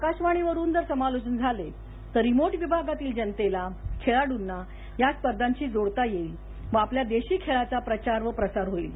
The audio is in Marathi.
आकाशवाणीवरून जर समालोचन झाले तर रिमोट विभागातील जनतेला खेळाड़ना या स्पर्धांशी जोडता येईल व आपल्या देशी खेळाचा प्रचार व प्रसार होईल